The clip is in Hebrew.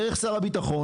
דרך שר הביטחון,